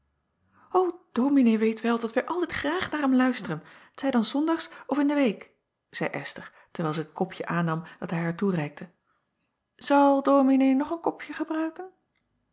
ominee weet wel dat wij altijd graag naar hem luisteren t zij dan s ondags of in de week zeî sther terwijl zij het kopje aannam dat hij haar toereikte zal ominee nog een kopje gebruiken